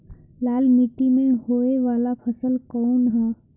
लाल मीट्टी में होए वाला फसल कउन ह?